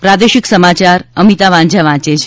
પ્રાદેશિક સમાચાર અમિતા વાંઝા વાંચે છે